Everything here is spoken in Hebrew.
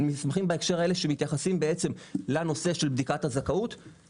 מסמכים בהקשר האלה שמתייחסים בעצם לנושא של בדיקת הזכאות.